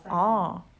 orh